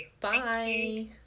bye